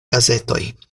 gazetoj